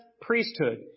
priesthood